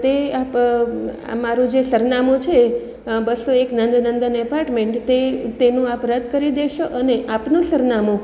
તે આપ મારું જે સરનામું છે બસો એક નંદનંદન એપાર્ટમેન્ટ તે તેનું આપ રદ કરી દેશો અને આપનું સરનામું